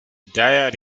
dyer